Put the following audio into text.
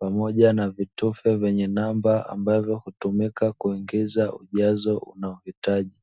pamoja na vitufe vyenye namba ambavyo hutumika kuingiza ujazo unaohitaji.